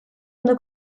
ondo